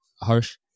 Harsh